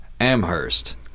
Amherst